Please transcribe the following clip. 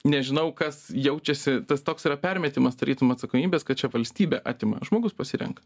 nežinau kas jaučiasi tas toks yra permetimas tarytum atsakomybės kad čia valstybė atima žmogus pasirenka